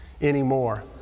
anymore